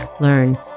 learn